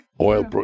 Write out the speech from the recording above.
oil